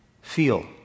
feel